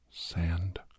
sand